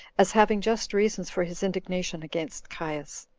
as having just reasons for his indignation against caius.